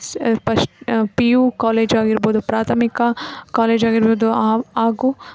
first P U college ಆಗಿರ್ಬೋದು ಪ್ರಾಥಮಿಕ college ಆಗಿರ್ಬೋದು ಹಾಗೂ